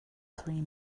three